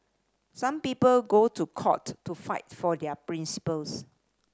some people go to court to fight for their principles